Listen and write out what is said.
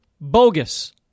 bogus